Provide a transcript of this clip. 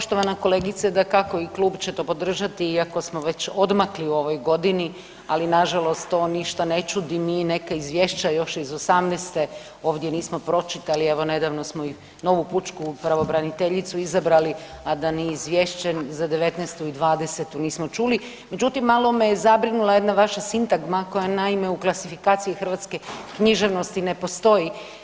Poštovana kolegice, dakako, i klub će to podržati iako smo već odmakli u ovoj godini ali nažalost, to ništa ne čudi, mi neka izvješća još iz 2018. ovdje nismo pročitali, evo nedavno smo i novu pučku pravobraniteljicu izabrali a da izvješće za 2019. i 2020. nismo čuli, međutim malo me zabrinula jedna vaša sintagma koja naime u klasifikaciji hrvatske književnosti ne postoji.